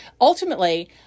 Ultimately